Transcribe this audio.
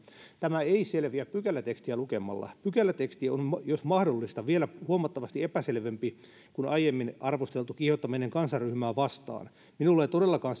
tämä ei selviä pykälätekstiä lukemalla pykäläteksti on jos mahdollista vielä huomattavasti epäselvempi kuin aiemmin arvosteltu kiihottaminen kansanryhmää vastaan minulle ei todellakaan